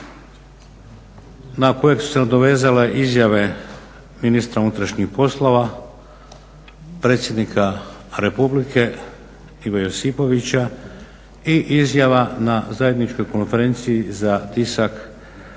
na kojeg su se nadovezale izjave ministra unutrašnjih poslova, predsjednika Republike Ive Josipovića, i izjava na zajedničkoj konferenciji za tisak